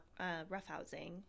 roughhousing